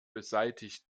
beseitigt